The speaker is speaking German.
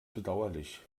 bedauerlich